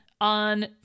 on